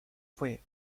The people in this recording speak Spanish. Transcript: fue